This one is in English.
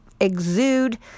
exude